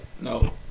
No